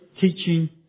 teaching